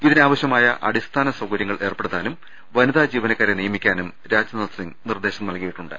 ഇതിനാവശ്യമായ അടിസ്ഥാന സൌകര്യങ്ങൾ ഏർപ്പെടുത്താനും വനിതാ ജീവനക്കാരെ നിയമിക്കാനും രാജ്നാഥ് സിങ്ങ് നിർദേശം നൽകിയിട്ടുണ്ട്